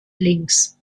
links